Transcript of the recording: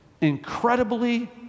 incredibly